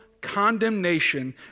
condemnation